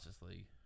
League